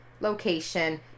location